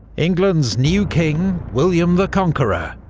england's new king, william the conqueror,